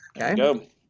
Okay